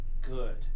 good